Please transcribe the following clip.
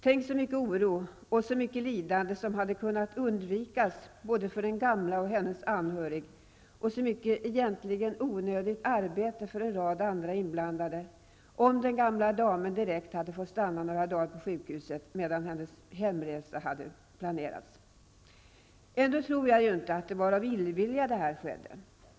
Tänk, så mycken oro och så mycket lidande som kunnat undvikas både för den gamla och hennes anhörig och så mycket egentligen onödigt arbete för en rad inblandade om den gamla damen direkt fått stanna några dagar på sjukhuset medan hennes hemresa förbereddes! Ändå tror jag inte att det var av illvilja detta skedde!